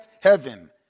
heaven